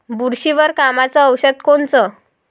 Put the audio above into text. बुरशीवर कामाचं औषध कोनचं?